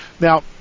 Now